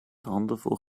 handenvol